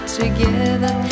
together